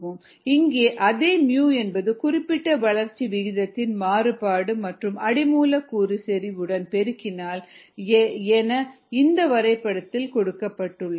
𝑟𝑥 𝜇 𝑥 இங்கே அதே µ என்பது குறிப்பிட்ட வளர்ச்சி விகிதத்தின் மாறுபாடு மற்றும் அடி மூலக்கூறு செறிவுடன் பெருக்கல் என இந்த வரைபடத்தில் கொடுக்கப்பட்டுள்ளது